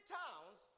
towns